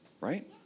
right